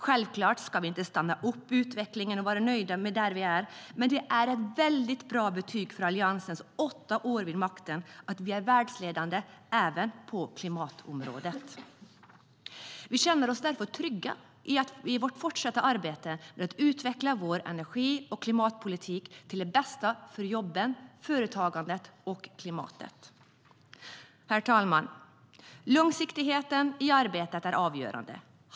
Självklart ska vi inte stanna upp utvecklingen och vara nöjda med det, men det är ett väldigt bra betyg för Alliansens åtta år vid makten att vi är världsledande även på klimatområdet. Herr talman! Långsiktigheten i arbetet är avgörande.